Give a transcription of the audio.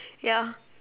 ya